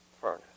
furnace